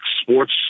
Sports